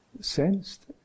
sensed